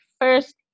first